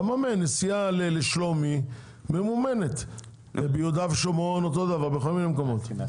אתה מממן נסיעה לשלומי וכך ביהודה ושומרון ובכל מיני מקומות נוספים.